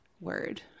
word